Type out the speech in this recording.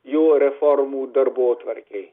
jo reformų darbotvarkei